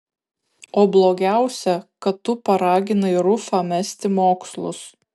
o blogiausia kad tu paraginai rufą mesti mokslus